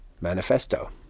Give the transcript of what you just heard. manifesto